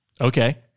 Okay